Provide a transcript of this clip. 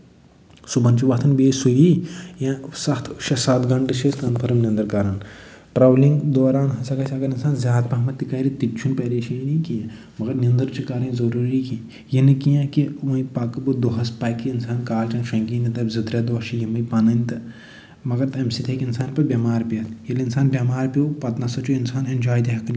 صبُحَن چھِ وۄتھان بیٚیہِ سُلی یا سَتھ شےٚ سَتھ گھنٛٹہٕ چھِ أسۍ کَنفٲرٕم نِنٛدٕر کران ٹرٛاولِنٛگ دوران ہسا گژھِ اَگر نہٕ اِنسان زیادٕ پَہمَتھ تہِ کرِ تِتہِ چھُنہٕ پَریشٲنی کیٚنٛہہ مَگر نِنٛدٕر چھِ کَرٕنۍ ضٔروٗری یِنہٕ کیٚنٛہہ کہِ وۄنۍ پَکہٕ بہٕ دۄہَس پَکہِ اِنسان کالہٕ چَن شۄنٛگی نہٕ دَپہِ زٕ ترٛےٚ دۄہ چھِ یِمَے پَنٕنۍ تہٕ مَگر تَمہِ سۭتۍ ہیٚکہِ اِنسان پَتہٕ بٮ۪مار پٮ۪تھ ییٚلہِ اِنسان بٮ۪مار پیوٚو پَتہٕ نَہ سا چھُ اِنسان اٮ۪نجاے تہِ